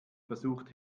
versucht